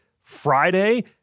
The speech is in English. Friday